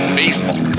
baseball